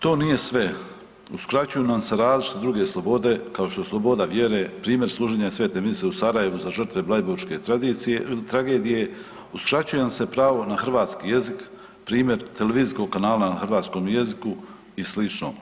To nije sve, uskraćuju nam se različite druge slobode kao što su sloboda vjere, primjer služenja Sv. Mise u Sarajevu za žrtve blajburške tragedije, uskraćuje nam se pravo na hrvatski jezik, primjer hrvatskog kanala na hrvatskog jeziku i sl.